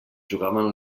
jugaven